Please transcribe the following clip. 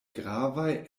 gravaj